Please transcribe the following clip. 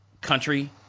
country